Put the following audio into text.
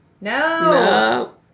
No